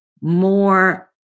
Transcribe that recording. more